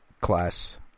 class